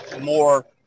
more